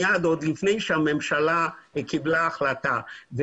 עוד לפני שהממשלה קיבלה החלטה.